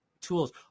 tools